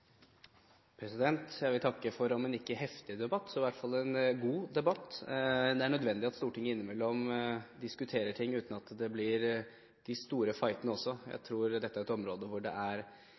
Jeg vil takke for en om ikke heftig debatt, så i hvert fall god debatt. Det er nødvendig at Stortinget innimellom også diskuterer ting uten at det blir de store fightene. Jeg tror dette er et område hvor det